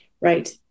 Right